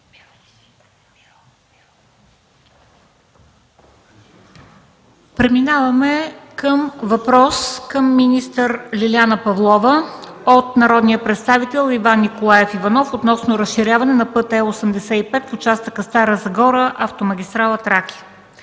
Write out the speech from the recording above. Преминаваме към въпрос към министър Лиляна Павлова от народния представител Иван Николаев Иванов относно разширяване на път Е 85 в участъка Стара Загора - автомагистрала